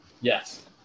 yes